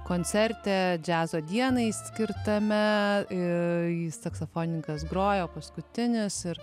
koncerte džiazo dienai skirtame saksofonininkas grojo paskutinis ir